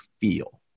feel